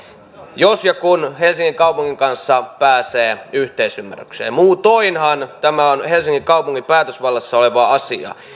jos ja kun helsingin kaupungin kanssa pääsee yhteisymmärrykseen muutoinhan tämä on helsingin kaupungin päätösvallassa oleva asia